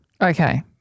Okay